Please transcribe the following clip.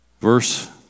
verse